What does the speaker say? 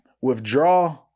Withdraw